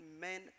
men